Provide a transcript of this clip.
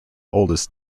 oldest